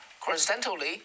Coincidentally